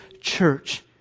church